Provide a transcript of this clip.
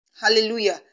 Hallelujah